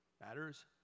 matters